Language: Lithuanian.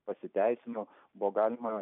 pasiteisino buvo galima